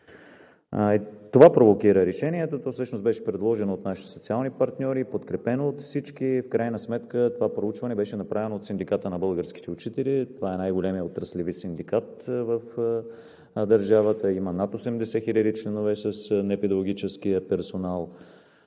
Това провокира решението, което всъщност беше предложено от нашите социални партньори и подкрепено от всички. В крайна сметка това проучване беше направено от Синдиката на българските учители. Това е най големият отраслови синдикат в държавата – има над 80 хиляди членове с непедагогическия персонал.